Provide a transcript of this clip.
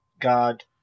god